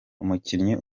umukinnyi